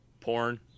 porn